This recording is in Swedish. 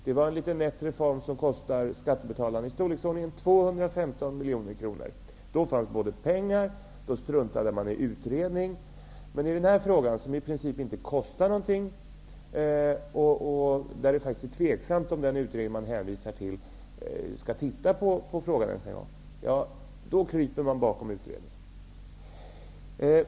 Det var en liten nätt reform som kostar skattebetalarna ett belopp i storleksordningen 215 miljoner kronor. Då fanns det pengar. Man struntade också i att det pågick en utredningen. Men när det, som i den här frågan, i princip inte kostar någonting och det är tveksamt om den utredning som man hänvisar till ens skall beakta frågan, kryper man bakom utredningen.